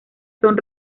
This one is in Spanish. son